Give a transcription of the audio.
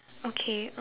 okay